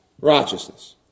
righteousness